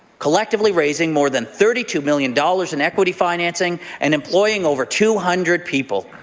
collectively raising more than thirty two million dollars in equity financing and employing over two hundred people.